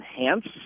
enhance